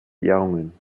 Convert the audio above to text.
ehrungen